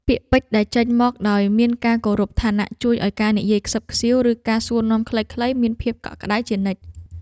ពាក្យពេចន៍ដែលចេញមកដោយមានការគោរពឋានៈជួយឱ្យការនិយាយខ្សឹបខ្សៀវឬការសួរនាំខ្លីៗមានភាពកក់ក្តៅជានិច្ច។